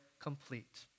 complete